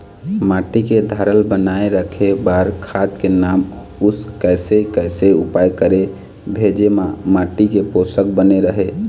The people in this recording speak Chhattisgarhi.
माटी के धारल बनाए रखे बार खाद के नाम अउ कैसे कैसे उपाय करें भेजे मा माटी के पोषक बने रहे?